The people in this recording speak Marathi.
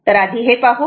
तर आधी हे पाहू